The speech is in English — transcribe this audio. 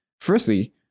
Firstly